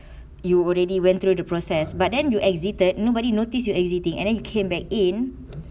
you already went through the process but then you exited nobody notice you exiting and then came back in